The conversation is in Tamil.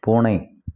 பூனை